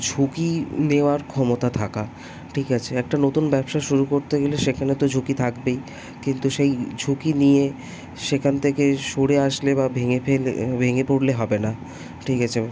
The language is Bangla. ঝুঁকি নেওয়ার ক্ষমতা থাকা ঠিক আছে একটা নতুন ব্যবসা শুরু করতে গেলে সেখানে তো ঝুঁকি থাকবেই কিন্তু সেই ঝুঁকি নিয়ে সেখান থেকে সরে আসলে বা ভেঙ্গে ফেললে ভেঙ্গে পড়লে হবে না ঠিক আছে